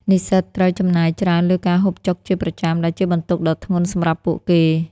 និស្សិតត្រូវចំណាយច្រើនលើការហូបចុកជាប្រចាំ ដែលជាបន្ទុកដ៏ធ្ងន់សម្រាប់ពួកគេ។